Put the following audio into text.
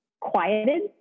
quieted